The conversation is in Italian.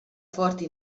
forti